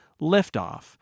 liftoff